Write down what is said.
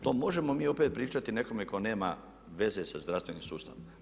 To možemo mi opet pričati nekome tko nema veze sa zdravstvenim sustavom.